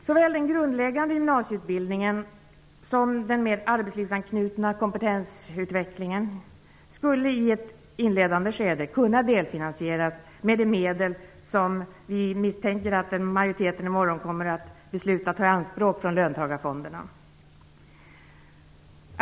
Såväl den grundläggande gymnasieutbildningen som den mer arbetslivsanknutna kompetensutvecklingen skulle i ett inledande skede kunna delfinansieras med de medel som vi misstänker att majoriteten i morgon kommer att besluta om att ta i anspråk från löntagarfonderna.